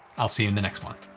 i'll see you in the next one.